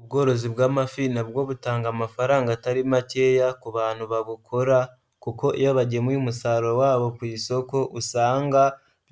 Ubworozi bw'amafi nabwo butanga amafaranga atari makeya ku bantu babukora, kuko iyo bagemuye umusaruro wabo ku isoko usanga